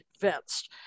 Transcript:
convinced